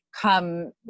come